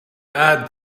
add